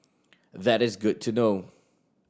that is good to know